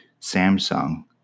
Samsung